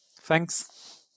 thanks